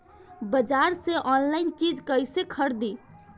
बाजार से आनलाइन चीज कैसे खरीदी?